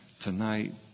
tonight